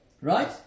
Right